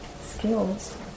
skills